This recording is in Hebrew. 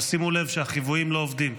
אבל שימו לב שהחיוויים לא עובדים.